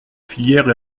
filière